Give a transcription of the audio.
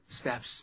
steps